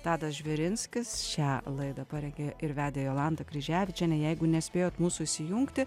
tadas žvirinskis šią laidą parengė ir vedė jolanta kryževičienė jeigu nespėjot mūsų įsijungti